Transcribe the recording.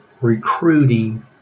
recruiting